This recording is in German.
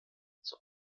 zur